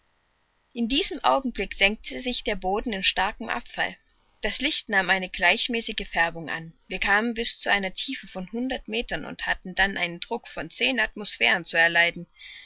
in diesem augenblick senkte sich der boden in starkem abfall das licht nahm eine gleichmäßige färbung an wir kamen bis zu einer tiefe von hundert meter und hatten dann einen druck von zehn atmosphären zu erleiden